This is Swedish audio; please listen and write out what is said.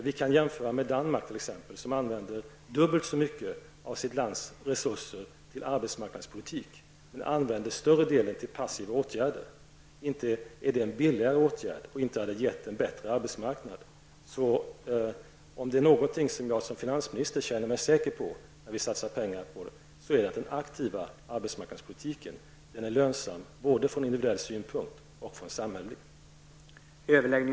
Vi kan jämföra med t.ex. Danmark som använder dubbelt så mycket av sitt lands resurser till arbetsmarknadspolitik men som använder större delen till passiva åtgärder. Inte är det en billigare åtgärd och inte har den gett en bättre arbetsmarknad. Om det är något som jag som finansminister känner mig säker på när det gäller att satsa pengar så är det att den aktiva arbetsmarknadspolitiken är lönsam både från individuell synpunkt och från samhällelig.